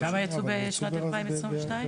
כמה יצאו ברצון בשנת 2022?